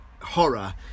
horror